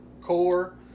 core